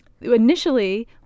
initially